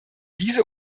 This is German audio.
diese